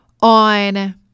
on